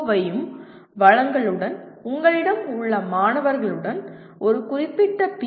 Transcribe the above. வையும் வளங்களுடன் உங்களிடம் உள்ள மாணவர்களுடன் ஒரு குறிப்பிட்ட பி